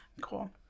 Cool